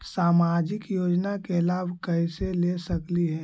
सामाजिक योजना के लाभ कैसे ले सकली हे?